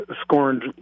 scorned